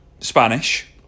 Spanish